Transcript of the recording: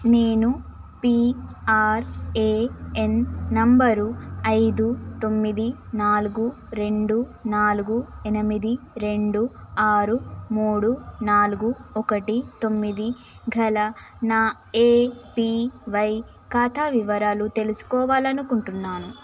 నేను PRAN number ఐదు తొమ్మిది నాలుగు రెండు నాలుగు ఎనిమిది రెండు ఆరు మూడు నాలుగు ఒకటి తొమ్మిది గల నా ఏపివై ఖాతా వివరాలు తెలుసుకోవాలనుకుంటున్నాను